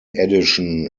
edition